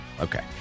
Okay